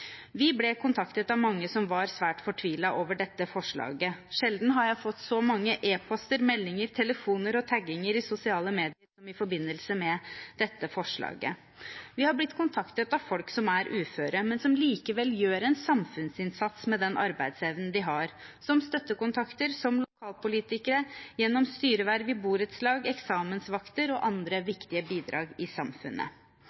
Vi ble kontaktet av mange som var svært fortvilte over dette forslaget. Sjelden har jeg fått så mange e-poster, meldinger, telefoner og tagginger i sosiale medier som i forbindelse med dette forslaget. Vi har blitt kontaktet av folk som er uføre, men som likevel gjør en samfunnsinnsats med den arbeidsevnen de har – som støttekontakter, som lokalpolitikere, gjennom styreverv i borettslag, som eksamensvakter og med andre